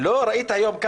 אנחנו לא רוצים הפגנות,